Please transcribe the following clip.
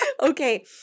Okay